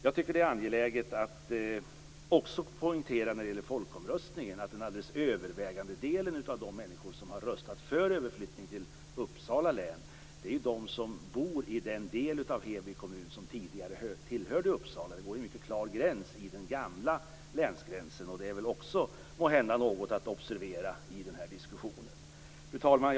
Jag vill när det gäller folkomröstningen också poängtera att den alldeles övervägande delen av de människor som har röstat för överflyttning till Uppsala län är de som bor i den del av Heby kommun som tidigare tillhörde Uppsala län. Det går en mycket klar skiljelinje vid den gamla länsgränsen. Också det är måhända något att observera i den här diskussionen. Fru talman!